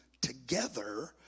together